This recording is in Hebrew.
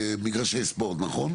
מגרשי ספורט, נכון?